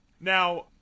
now